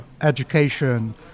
education